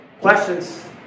Questions